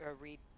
read